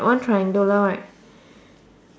one triangular right